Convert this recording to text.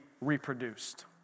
reproduced